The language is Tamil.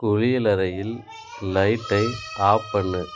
குளியலறையில் லைட்டை ஆஃப் பண்ணு